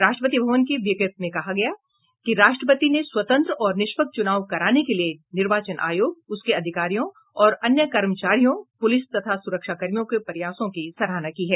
राष्ट्रपति भवन की विज्ञप्ति में कहा गया है कि राष्ट्रपति ने स्वतंत्र और निष्पक्ष च्रनाव कराने के लिए निर्वाचन आयोग उसके अधिकारियों और अन्य कर्मचारियों पुलिस तथा सुरक्षाकर्मियों के प्रयासों की सराहना की है